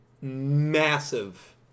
massive